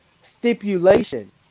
stipulation